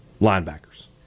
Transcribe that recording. linebackers